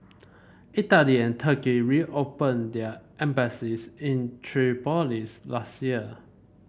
Italy and Turkey reopened their embassies in Tripoli's last year